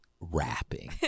rapping